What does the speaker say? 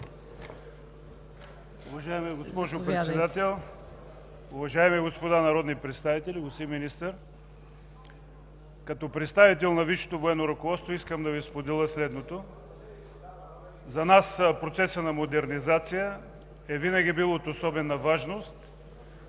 Уважаема госпожо Председател, уважаеми господа народни представители, господин Министър! Като представител на висшето военно ръководство искам да Ви споделя следното: за нас процесът на модернизация винаги е бил от особена важност.